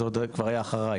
זה כבר היה אחריי.